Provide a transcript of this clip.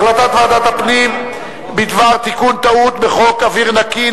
החלטת ועדת הפנים בדבר תיקון טעות בחוק אוויר נקי,